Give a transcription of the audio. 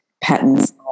patterns